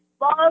love